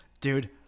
Dude